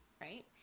right